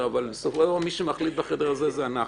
אבל בסופו של דבר מי שמחליט בחדר הזה זה אנחנו.